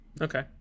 Okay